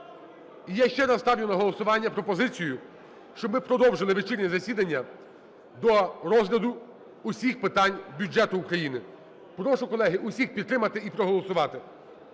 я ще раз ставлю на голосування пропозицію, щоб ми продовжили вечірнє засідання до розгляду всіх питань бюджету України. Прошу, колеги, всіх підтримати і проголосувати.